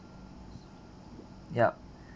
yup